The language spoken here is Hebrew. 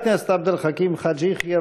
חבר הכנסת עבד אל חכים חאג' יחיא,